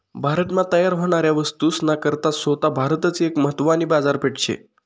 भारत मा तयार व्हनाऱ्या वस्तूस ना करता सोता भारतच एक महत्वानी बाजारपेठ शे